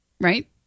Right